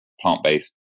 plant-based